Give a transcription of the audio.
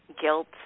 guilt